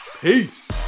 peace